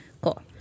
Cool